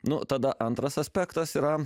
nu tada antras aspektas yra